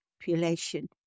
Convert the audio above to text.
population